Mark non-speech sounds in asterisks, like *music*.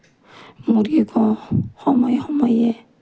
*unintelligible* সময়ে সময়ে